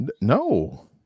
No